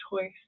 choice